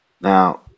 Now